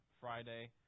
Friday